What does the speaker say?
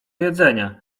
jedzenia